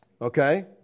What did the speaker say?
Okay